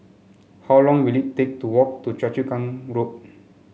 how long will it take to walk to Choa Chu Kang Road